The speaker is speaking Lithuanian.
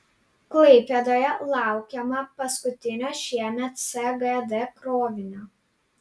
klaipėdoje laukiama paskutinio šiemet sgd krovinio